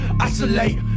isolate